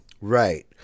Right